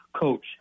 coach